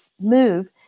move